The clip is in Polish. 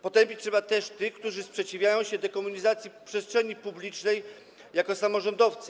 Potępić trzeba też tych, którzy sprzeciwiają się dekomunizacji przestrzeni publicznej jako samorządowcy.